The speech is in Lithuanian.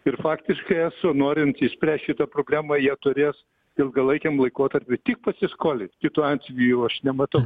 ir faktiškai eso norint išspręst šitą problemą jie turės ilgalaikiam laikotarpiui tik pasiskolint kitų atvejų aš nematau